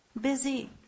busy